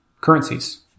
currencies